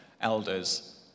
elders